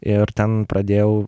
ir ten pradėjau